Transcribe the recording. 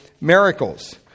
miracles